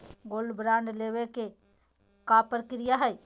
Gold bond लेवे के का प्रक्रिया हई?